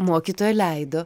mokytoja leido